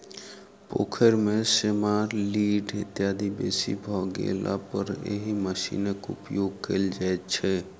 पोखैर मे सेमार, लीढ़ इत्यादि बेसी भ गेलापर एहि मशीनक उपयोग कयल जाइत छै